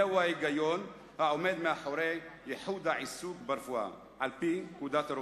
זהו ההיגיון העומד מאחורי ייחוד העיסוק ברפואה על-פי פקודת הרופאים,